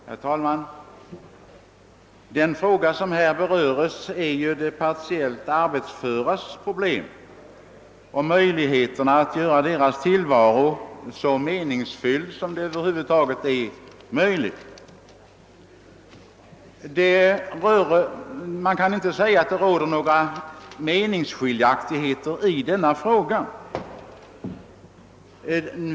Herr talman! Den fråga som nu behandlas rör de partiellt arbetsföras problem och möjligheterna att göra deras tillvaro så meningsfylld som möjligt. Man kan inte säga att det råder några meningsskiljaktigheter i det fallet.